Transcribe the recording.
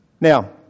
Now